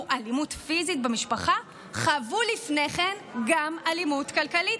אלימות פיזית במשפחה חוו לפני כן גם אלימות כלכלית.